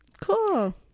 cool